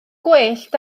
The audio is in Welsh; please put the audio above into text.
gwellt